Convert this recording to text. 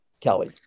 Kelly